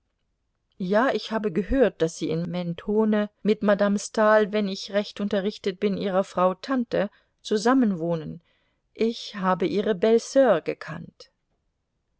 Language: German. ja ich habe gehört daß sie in mentone mit madame stahl wenn ich recht unterrichtet bin ihrer frau tante zusammen wohnen ich habe ihre belle sur gekannt